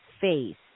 face